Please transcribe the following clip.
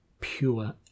pure